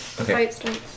Okay